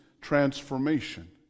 transformation